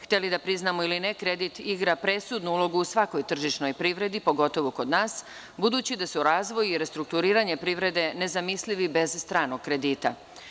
Hteli da priznamo ili ne kredit igra presudnu ulogu u svakoj tržišnoj privredi, pogotovo kod nas budući da su razvoj i restrukturiranje privrede nezamislivi bez stranog kredita.